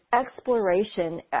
exploration